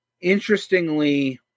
Interestingly